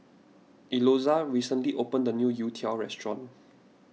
recently opened a new Youtiao restaurant